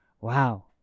Wow